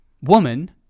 woman